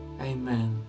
Amen